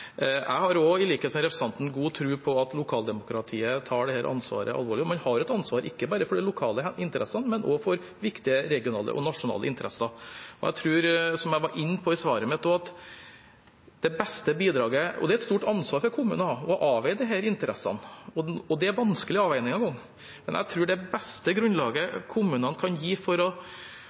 Jeg har også, i likhet med representanten, god tro på at lokaldemokratiet tar dette ansvaret alvorlig. Man har et ansvar, ikke bare for de lokale interessene, men også for viktige regionale og nasjonale interesser. Å avveie disse interessene er et stort ansvar for kommunen å ha. Det er vanskelige avveiinger. Jeg tror, som jeg var inne på i svaret mitt, at det beste grunnlaget kommunene kan ha for å få gjort de avveiingene bra og unngå unødvendig mange innsigelser, er å ha et oppdatert planverk. Det gir det beste grunnlaget for å